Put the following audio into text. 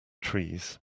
trees